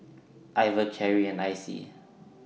Iver Carri and Icey